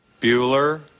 Bueller